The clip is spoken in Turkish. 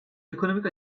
ekonomik